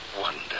wonder